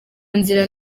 nzira